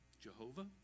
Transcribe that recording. Jehovah